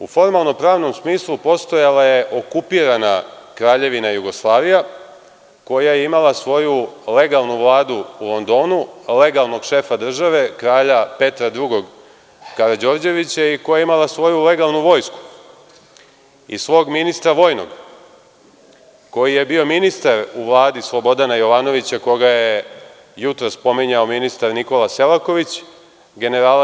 U formalno-pravnom smislu postojala je okupirana Kraljevina Jugoslavija, koja je imala svoju legalnu Vladu u Londonu, legalnog šefa države, kralja Petra II Karađorđevića i koja je imala svoju legalnu vojsku i svog ministra vojnog, koji je bio ministar u Vladi Slobodna Jovanovića, koga je jutros pominjao ministar Nikola Selaković, generala